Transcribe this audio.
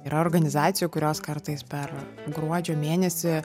yra organizacijų kurios kartais per gruodžio mėnesį